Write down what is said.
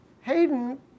Hayden